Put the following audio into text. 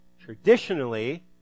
Traditionally